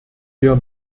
wir